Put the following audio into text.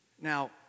Now